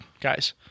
Guys